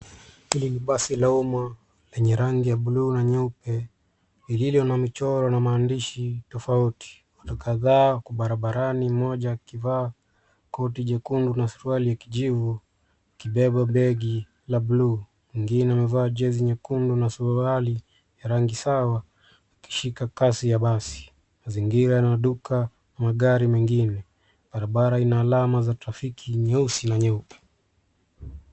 Hili ni basi la uma lenye rangi ya blue na nyeupe lililo na michoro na maandishi tofauti. Watu kadhaa wako barabarani mmoja akivaa koti jekundu na suruali ya kijivu akibeba begi la blue . Mwingine amevaa jezi nyekundu na suruali ya rangi sawa akishika kasi ya basi. Mazingira yana duka, magari mengine. Barabara ina alama za trafiki nyeusi na nyeupe.